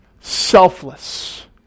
selfless